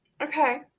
Okay